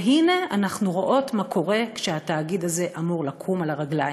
והנה אנחנו רואות מה קורה כשהתאגיד הזה אמור לקום על הרגליים.